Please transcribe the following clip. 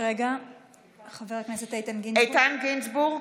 (קוראת בשם חבר הכנסת) איתן גינזבורג,